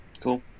Cool